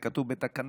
זה כתוב בתקנה,